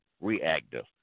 reactive